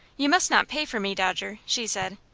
you must not pay for me, dodger, she said.